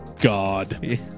God